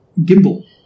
Gimbal